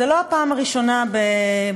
זו לא הפעם הראשונה בפגרת